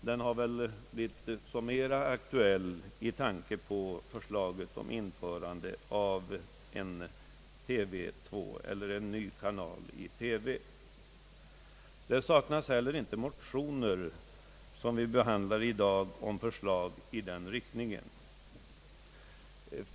Den har blivit så mycket mera aktuell med tanke på förslaget om införande av en TV-2 eller en ny kanal i TV. Det saknas inte heller motioner att behandla i dag med förslag i den riktningen.